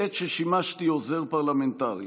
בעת ששימשתי עוזר פרלמנטרי.